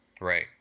right